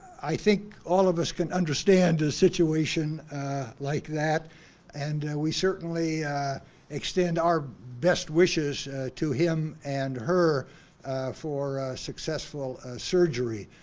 i think all of us can understand a situation like that and we certainly extend our best wishes to him and her for a successful surgery.